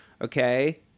okay